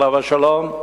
עליו השלום,